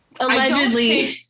Allegedly